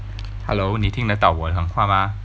hello 你听得到我讲话吗